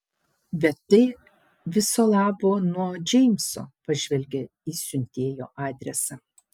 bet tai viso labo nuo džeimso pažvelgė į siuntėjo adresą